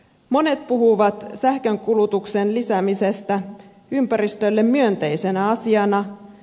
monet puhuvat sähkönkulutuksen lisäämisestä ympäristölle myönteisenä asiana